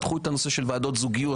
פתחו את הנושא של ועדות זוגיות.